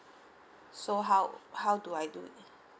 so how how do I do it